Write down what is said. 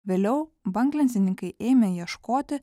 vėliau banglentininkai ėmė ieškoti